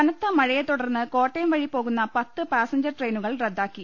കനത്ത മഴയെത്തുടർന്ന് കോട്ടയം വഴി പോകുന്ന പത്ത് പാസഞ്ചർ ട്രെയിനുകൾ റദ്ദാക്കി